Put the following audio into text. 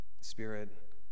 Spirit